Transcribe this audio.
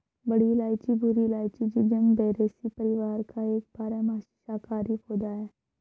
बड़ी इलायची भूरी इलायची, जिंजिबेरेसी परिवार का एक बारहमासी शाकाहारी पौधा है